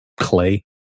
clay